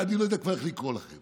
אני כבר לא יודע איך לקרוא לכם,